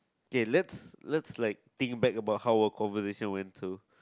K let's let's like think back about how our conversation went to